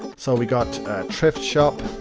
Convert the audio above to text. so, we've got thrift shop